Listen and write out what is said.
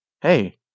hey